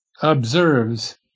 observes